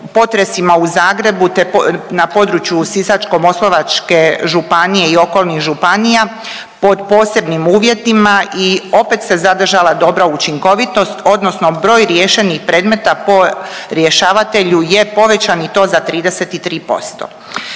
u Zagrebu te na području Sisačko-moslavačke županije i okolnih županija, pod posebnim uvjetima i opet se zadržala dobra učinkovitost odnosno broj riješenih predmeta po rješavatelju je povećan i to za 33%.